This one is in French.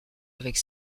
avec